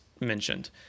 mentioned